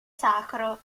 sacro